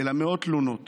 אלא מאות תלונות